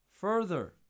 Further